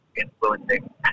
influencing